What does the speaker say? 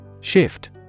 Shift